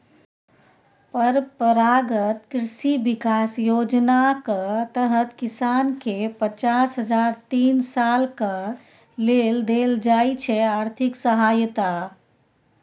परंपरागत कृषि बिकास योजनाक तहत किसानकेँ पचास हजार तीन सालक लेल देल जाइ छै आर्थिक सहायता